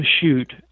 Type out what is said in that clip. shoot